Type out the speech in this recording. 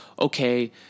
Okay